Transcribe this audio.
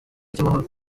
cy’amahoro